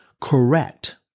correct